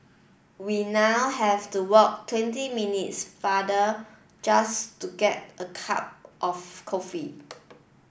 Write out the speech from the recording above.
we now have to walk twenty minutes farther just to get a cup of coffee